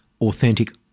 authentic